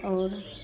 और